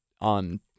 on